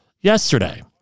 yesterday